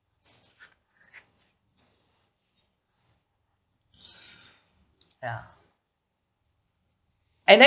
ya and then